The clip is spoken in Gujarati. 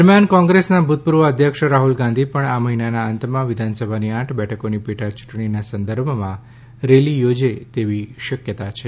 દરમિયાન કોંગ્રેસના ભુતપુર્વ અધ્યક્ષ રાહ્લ ગાંધી પણ આ મહિનાના અંતમાં વિધાનસભાની આઠ બેઠકોની પેટા યુંટણીના સંદર્ભમાં રેલી યોજ તેવી શકયતા છે